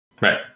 Right